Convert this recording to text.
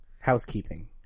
housekeeping